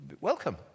Welcome